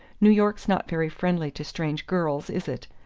new york's not very friendly to strange girls, is it?